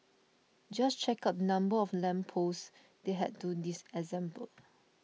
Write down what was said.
just check out number of lamp posts they had to disassemble